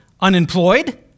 unemployed